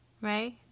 right